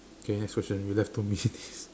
okay next question you have two minutes